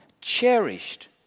cherished